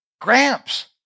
Gramps